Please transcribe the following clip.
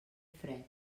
fred